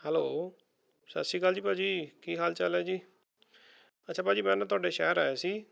hello ਸਤਿ ਸ਼੍ਰੀ ਅਕਾਲ ਜੀ ਭਾਅ ਜੀ ਕੀ ਹਾਲ ਚਾਲ ਹੈ ਜੀ ਅੱਛਾ ਭਾਅ ਜੀ ਮੈਂ ਨਾ ਤੁਹਾਡੇ ਸ਼ਹਿਰ ਆਇਆ ਸੀ